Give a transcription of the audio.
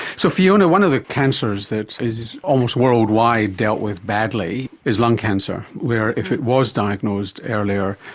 so fiona, one of the cancers that is almost worldwide dealt with badly is lung cancer were if it was diagnosed earlier,